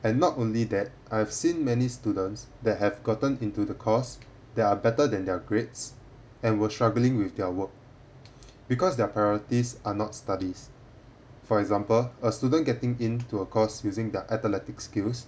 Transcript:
and not only that I've seen many students that have gotten into the course that are better than their grades and were struggling with their work because their priorities are not studies for example a student getting in to a course using their athletic skills